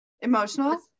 emotional